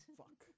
fuck